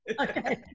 okay